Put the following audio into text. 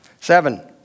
Seven